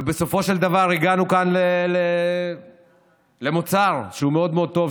ובסופו של דבר הגענו כאן למוצר שהוא מאוד מאוד טוב,